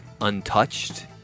untouched